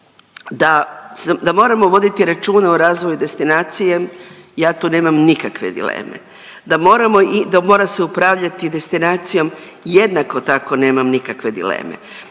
da moramo voditi računa o razvoju destinacije, ja tu nemam nikakve dileme, da mora se upravljati destinacijom jednako tako nemam nikakve dileme,